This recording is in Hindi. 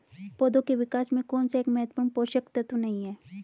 पौधों के विकास में कौन सा एक महत्वपूर्ण पोषक तत्व नहीं है?